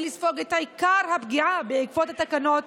לספוג את עיקר הפגיעה בעקבות התקנות